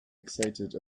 excited